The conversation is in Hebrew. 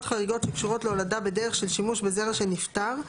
חריגות שקשורות להולדה בדרך של שימוש בזרע של נפטר,